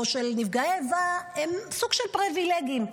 של נפגעי האיבה הם סוג של פריבילגים,